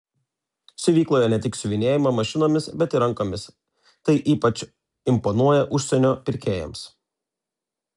siuvykloje ne tik siuvinėjama mašinomis bet ir rankomis tai ypač imponuoja užsienio pirkėjams